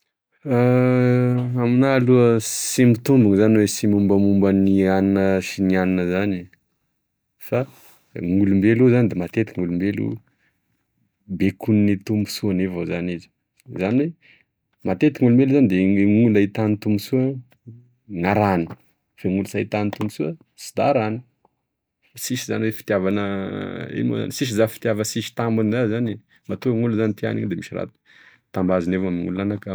Aminah aloha sy mitombigna zany oe sy mombamoba an'ianona sy ianona zany e fa gn'olombelo io zany da matetiky gn'olombelo bekogne tombosoany avao zany izy, zany oe matetiky gn'olombelo zany de gne gn'olo ahitany tombosoa gn'arahany fa gn'olo sy ahitany tombosoa sy da sy arahany sisy zany oe fitiavana ino moa zany sisy zany fitiava sisy tambiny za zany matoa gn'olo zany tiany da misy raha tambaziny avao aminolo any aka.